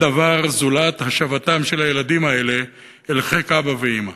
דבר זולת השבתם של הילדים האלה אל חיק אבא ואימא.